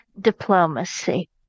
diplomacy